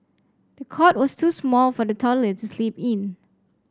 the cot was too small for the toddler to sleep in